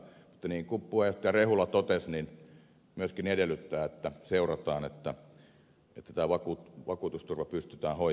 niin kuin puheenjohtaja rehula totesi niin myöskin edellytetään että seurataan että tämä vakuutusturva pystytään hoitamaan